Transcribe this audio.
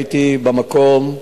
הייתי במקום,